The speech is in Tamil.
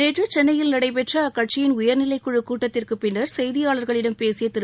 நேற்று சென்னையில் நடைபெற்ற அக்கட்சியின் உயர்நிலைக் குழுக் கூட்டத்திற்குப் பின்னர் செய்தியாளர்களிடம் பேசிய திரு